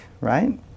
right